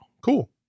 cool